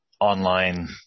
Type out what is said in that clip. online